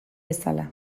bezala